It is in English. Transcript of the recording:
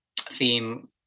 theme